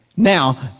now